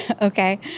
Okay